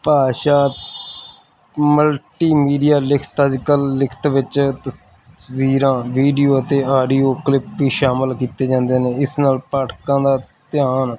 ਭਾਸ਼ਾ ਮਲਟੀਮੀਡੀਆ ਲਿਖਤ ਅੱਜ ਕੱਲ੍ਹ ਲਿਖਤ ਵਿੱਚ ਤਸਵੀਰਾਂ ਵੀਡੀਓ ਅਤੇ ਆਡੀਓ ਕਲਿੱਪ ਵੀ ਸ਼ਾਮਿਲ ਕੀਤੇ ਜਾਂਦੇ ਨੇ ਇਸ ਨਾਲ ਪਾਠਕਾਂ ਦਾ ਧਿਆਨ